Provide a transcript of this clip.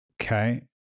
Okay